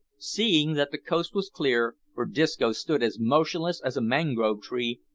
seeing that the coast was clear, for disco stood as motionless as a mangrove tree,